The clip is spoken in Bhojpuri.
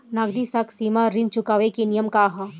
नगदी साख सीमा ऋण चुकावे के नियम का ह?